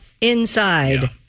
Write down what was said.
inside